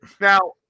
Now